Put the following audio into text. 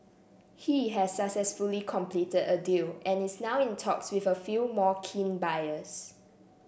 he has successfully completed a deal and is now in talks with a few more keen buyers